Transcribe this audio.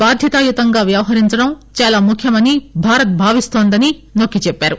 బాధ్యతాయుతంగా వ్యవహరించడం చాలా ముఖ్యమని భారత్ భావిస్తోందని నొక్కిచెప్పారు